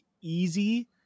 easy